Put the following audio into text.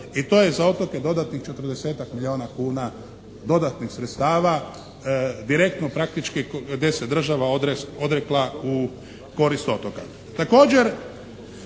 i to je za otoke dodatnih 40-tak milijuna kuna dodatnih sredstava direktno praktički gdje se država odrekla u korist otoka.